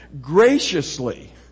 graciously